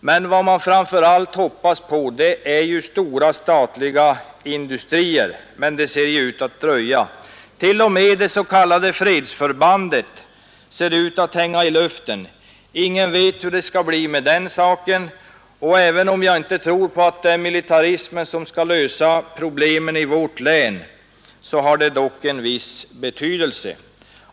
Det man framför allt hoppas på är emellertid stora statliga industrier, men det ser ut att dröja. T. o. m. det s.k. fredsförbandet ser ut att hänga i luften — ingen vet hur det skall bli med den saken. Även om jag inte tror att det är militarismen som skall lösa problemen i vårt län har detta förband en viss betydelse.